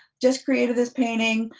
just created this painting,